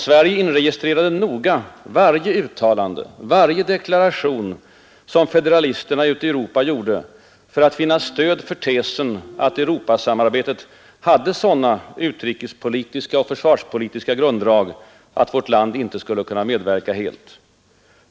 Sverige inregistrerade noga varje uttalande, varje deklaration som federalisterna ute i Europa gjorde för att finna stöd för tesen att Europasamarbetet hade sådana utrikespolitiska och försvarspolitiska grunddrag, att vårt land icke skulle kunna medverka helt.